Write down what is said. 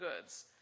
goods